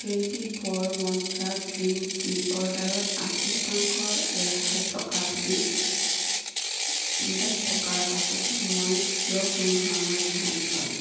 twenty four Mantra green টিৰ অৰ্ডাৰত আশী শতাংশ ৰেহাই থকা বুলি উল্লেখ থকাৰ পাছতো মই কিয় কোনোধৰণৰ ৰেহাই নেপালোঁ